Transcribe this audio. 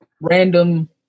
random